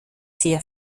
sehr